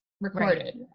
recorded